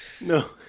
No